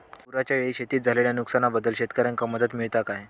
पुराच्यायेळी शेतीत झालेल्या नुकसनाबद्दल शेतकऱ्यांका मदत मिळता काय?